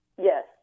Yes